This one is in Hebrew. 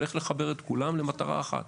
אלא על איך לחבר את כולם למטרה אחת.